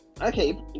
Okay